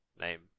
name